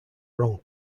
wrong